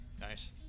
Nice